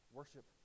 worship